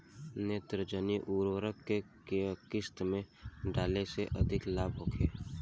नेत्रजनीय उर्वरक के केय किस्त में डाले से अधिक लाभ होखे?